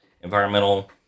environmental